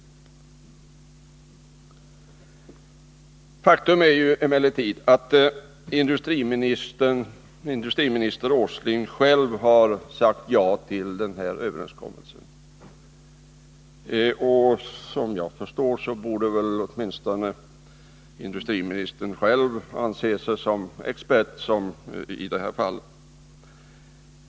Ett faktum är att industriminister Åsling har sagt ja till överenskommelsen. Efter vad jag förstår borde väl åtminstone industriministern själv anse sig som expert i detta fall.